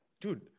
dude